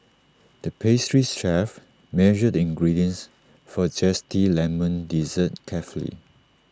the pastries chef measured the ingredients for A Zesty Lemon Dessert carefully